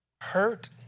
Hurt